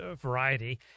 variety